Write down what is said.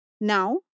Now